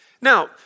Now